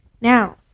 Now